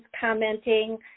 commenting